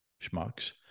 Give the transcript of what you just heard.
schmucks